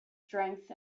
strength